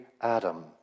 Adam